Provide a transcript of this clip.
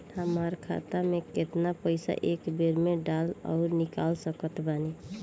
हमार खाता मे केतना पईसा एक बेर मे डाल आऊर निकाल सकत बानी?